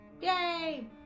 Yay